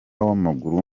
w’amaguru